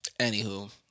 Anywho